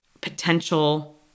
potential